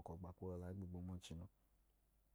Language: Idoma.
ọkọ gba ng gaa gwuta.